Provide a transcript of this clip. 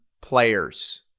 players